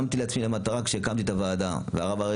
שמתי לעצמי למטרה כשהקמתי את הוועדה והרב אריה